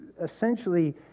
essentially